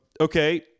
Okay